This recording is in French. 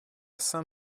saint